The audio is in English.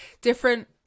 different